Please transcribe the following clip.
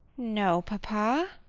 no, papa.